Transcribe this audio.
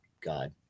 God